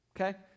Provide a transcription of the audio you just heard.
Okay